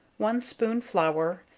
one spoon flour,